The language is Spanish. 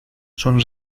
son